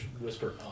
whisper